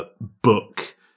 book